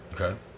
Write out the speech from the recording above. Okay